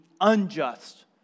unjust